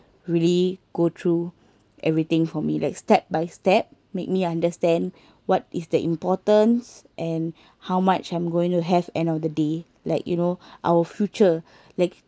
really go through everything for me like step by step make me understand what is the importance and how much I'm going to have end of the day like you know our future like